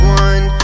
one